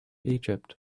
egypt